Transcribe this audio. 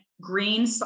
green